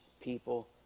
people